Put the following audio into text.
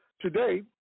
Today